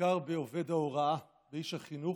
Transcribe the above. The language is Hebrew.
בעיקר בעובד ההוראה, באיש החינוך,